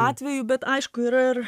atvejų bet aišku yra ir